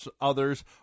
others